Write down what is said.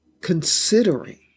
considering